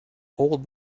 old